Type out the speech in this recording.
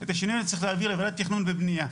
את השינוי אני צריך להעביר לוועדת תכנון ובניה.